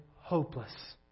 hopeless